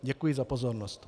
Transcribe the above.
Děkuji za pozornost.